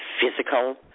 physical